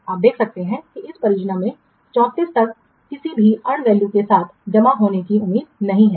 आप देख सकते हैं कि इस परियोजना के 34 तक किसी भी earned value के साथ जमा होने की उम्मीद नहीं है